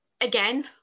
Again